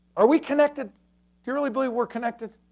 are we connected purely but we're connected.